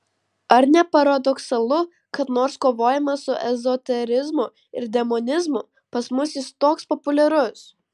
ar ne paradoksalu kad nors kovojama su ezoterizmu ir demonizmu pas mus jis toks populiarus